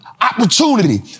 opportunity